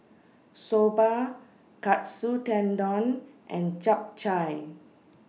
Soba Katsu Tendon and Japchae